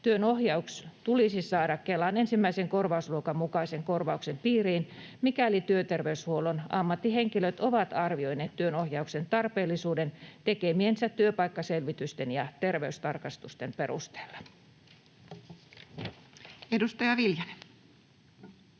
Työnohjaus tulisi saada Kelan ensimmäisen korvausluokan mukaisen korvauksen piiriin, mikäli työterveyshuollon ammattihenkilöt ovat arvioineet työnohjauksen tarpeellisuuden tekemiensä työpaikkaselvitysten ja terveystarkastusten perusteella. Edustaja Viljanen.